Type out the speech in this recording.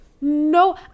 no